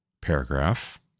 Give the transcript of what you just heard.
paragraph